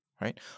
right